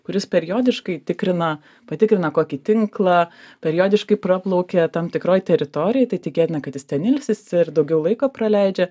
kuris periodiškai tikrina patikrina kokį tinklą periodiškai praplaukia tam tikroj teritorijoj tai tikėtina kad jis ten ilsisi ir daugiau laiko praleidžia